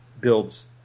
builds